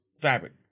fabric